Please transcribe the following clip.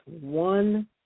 one